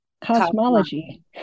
cosmology